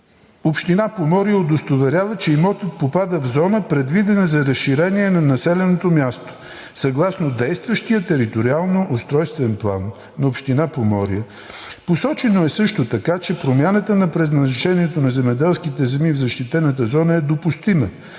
община Поморие удостоверява, че имотът попада в зона, предвидена за разширение на населеното място, съгласно действащия териториално-устройствен план на община Поморие. Посочено е също така, че промяната на предназначението на земеделските земи в защитената зона е допустима,